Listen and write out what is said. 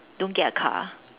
don't get a car